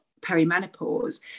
perimenopause